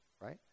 right